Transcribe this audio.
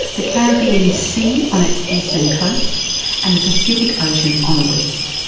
the caribbean sea on its eastern coast and the pacific ocean on the west.